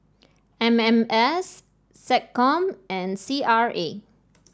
M M S SecCom and C R A